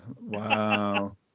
Wow